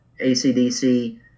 acdc